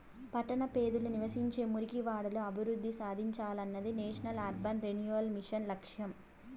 పట్టణ పేదలు నివసించే మురికివాడలు అభివృద్ధి సాధించాలనేదే నేషనల్ అర్బన్ రెన్యువల్ మిషన్ లక్ష్యం